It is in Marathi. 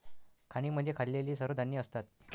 खाणींमध्ये खाल्लेली सर्व धान्ये असतात